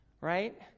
right